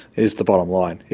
is the bottom line.